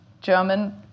German